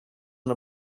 and